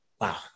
Wow